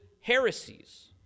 heresies